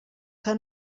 que